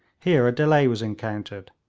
here a delay was encountered.